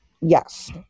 yes